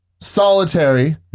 solitary